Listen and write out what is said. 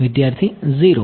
વિદ્યાર્થી 0